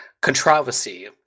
controversy